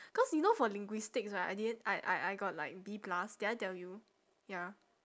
cause you know for linguistics right I didn't I I I got like B plus did I tell you ya